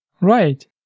Right